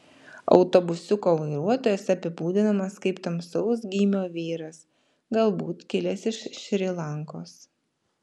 autobusiuko vairuotojas apibūdinamas kaip tamsaus gymio vyras galbūt kilęs iš šri lankos